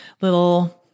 little